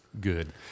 Good